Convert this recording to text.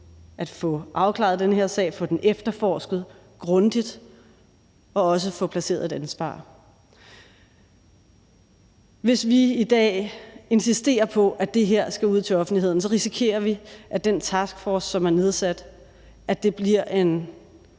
at få afklaret den her sag, få den efterforsket grundigt og også få placeret et ansvar. Hvis vi i dag insisterer på, at det her skal ud til offentligheden, risikerer vi, at den taskforce, som er nedsat, bliver en